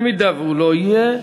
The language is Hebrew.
אם הוא לא יהיה,